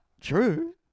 true